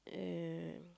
um